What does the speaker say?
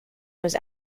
was